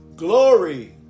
glory